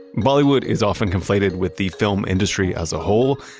bollywood is often conflated with the film industry as a whole,